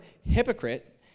hypocrite